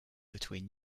between